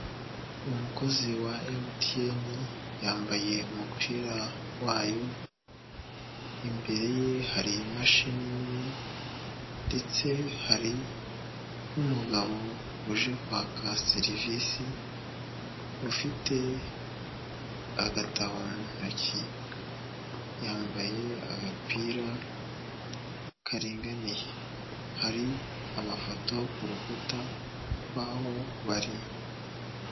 Umukozi wa MTN yambaye umupira wayo, imbere ye hari imashini nini ndetse hari n'umugabo uje kwaka serivisi ufite agatabo mu ntoki, yambaye agapira karinganiye, hari amafoto ku rukuta rw'aho bari.